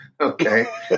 okay